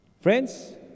friends